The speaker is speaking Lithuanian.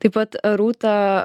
taip pat rūta